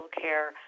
care